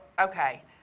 okay